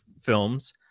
films